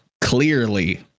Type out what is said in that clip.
clearly